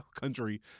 country